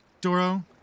Doro